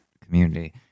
community